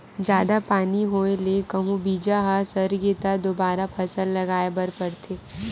जादा पानी होए ले कहूं बीजा ह सरगे त दोबारा फसल लगाए बर परथे